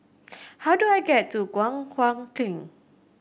how do I get to Guan Huat Kiln